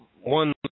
one